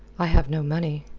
i have no money.